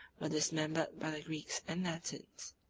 were dismembered by the greeks and latins.